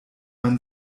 man